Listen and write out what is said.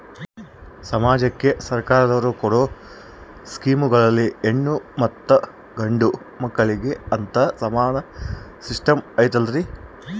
ಸಮಾಜಕ್ಕೆ ಸರ್ಕಾರದವರು ಕೊಡೊ ಸ್ಕೇಮುಗಳಲ್ಲಿ ಹೆಣ್ಣು ಮತ್ತಾ ಗಂಡು ಮಕ್ಕಳಿಗೆ ಅಂತಾ ಸಮಾನ ಸಿಸ್ಟಮ್ ಐತಲ್ರಿ?